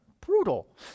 Brutal